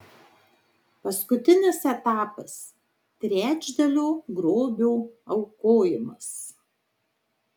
paskutinis etapas trečdalio grobio aukojimas